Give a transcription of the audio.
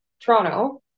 Toronto